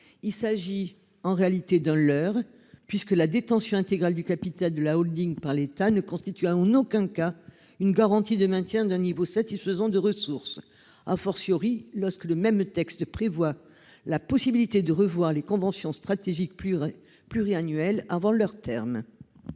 Il s'agit en réalité de l'heure puisque la détention intégrale du capital de la Holding par l'État ne constitue en aucun cas une garantie de maintien d'un niveau satisfaisant de ressources, a fortiori lorsque le même texte prévoit la possibilité de revoir les conventions stratégique pleurer. Pluriannuel avant leur terme.